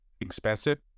expensive